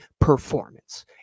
performance